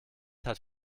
hat